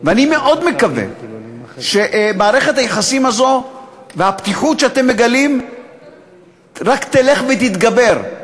ואני מאוד מקווה שמערכת היחסים הזאת והפתיחות שאתם מגלים רק תלך ותתגבר.